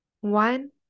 one